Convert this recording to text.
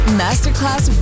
masterclass